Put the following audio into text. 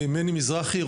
מני מזרחי,